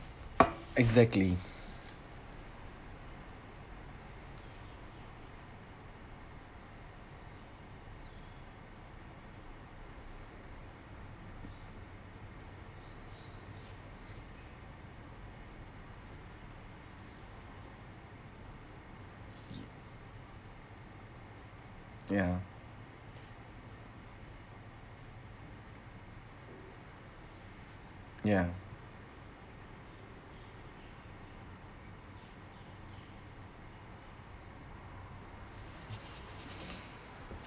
exactly ya ya